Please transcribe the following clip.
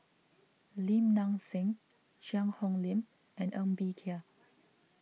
Lim Nang Seng Cheang Hong Lim and Ng Bee Kia